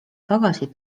tagasi